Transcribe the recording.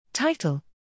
Title